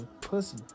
pussy